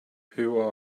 who